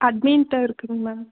அட்மின்கிட்ட இருக்குதுங்க மேம்